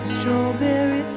Strawberry